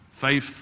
faith